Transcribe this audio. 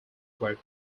were